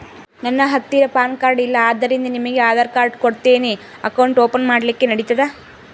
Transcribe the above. ನನ್ನ ಹತ್ತಿರ PAN card ಇಲ್ಲ ಆದ್ದರಿಂದ ನಿಮಗೆ ನನ್ನ ಆಧಾರ್ ಕಾರ್ಡ್ ಕೊಡ್ತೇನಿ ಅಕೌಂಟ್ ಓಪನ್ ಮಾಡ್ಲಿಕ್ಕೆ ನಡಿತದಾ?